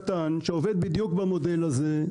ישוב קטן שעובד בדיוק במודל הזה,